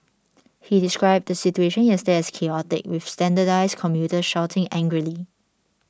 he described the situation yesterday as chaotic with standardized commuters shouting angrily